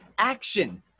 action